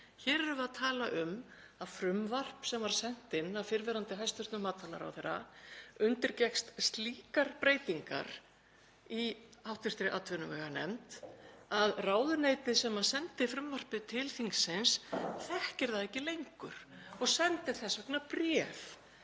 Hér erum við að tala um að frumvarp sem var sent inn af fyrrverandi hæstv. matvælaráðherra undirgekkst slíkar breytingar í hv. atvinnuveganefnd að ráðuneytið sem sendi frumvarpið til þingsins þekkir það ekki lengur og sendir þess vegna bréf.